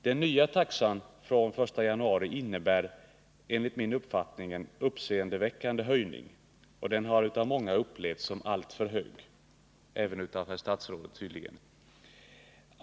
Den nya taxan från den 1 januari innebär en enligt min mening uppseendeväckande höjning, och den har av många upplevts som alltför hög —- tydligen även av statsrådet.